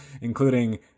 including